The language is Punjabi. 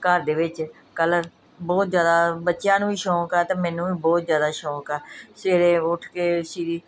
ਘਰ ਦੇ ਵਿੱਚ ਕਲਰ ਬਹੁਤ ਜਿਆਦਾ ਬੱਚਿਆਂ ਨੂੰ ਵੀ ਸ਼ੌਂਕ ਆ ਤੇ ਮੈਨੂੰ ਵੀ ਬਹੁਤ ਜਿਆਦਾ ਸ਼ੌਂਕ ਆ ਸਵੇਰੇ ਉੱਠ ਕੇ ਸ਼੍ਰੀ